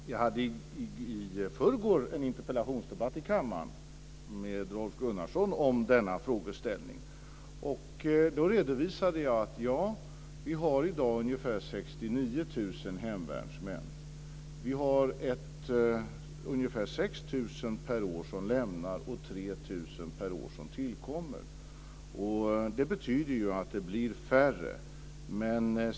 Fru talman! Jag hade i förrgår en interpellationsdebatt i kammaren med Rolf Gunnarsson om denna frågeställning. Då redovisade jag att vi i dag har ungefär 69 000 hemvärnsmän. Vi har ungefär 6 000 per år som lämnar och 3 000 per år som tillkommer. Det betyder att det blir färre.